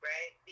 Right